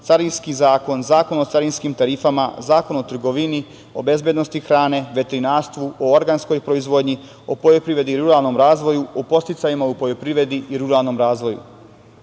Carinski zakon, Zakon o carinskim tarifama, Zakon o trgovini, o bezbednosti hrane, veterinarstvu, o organskoj proizvodnji, o poljoprivredi i ruralnom razvoju, o podsticajima u poljoprivredi i ruralnom razvoju. Dodatno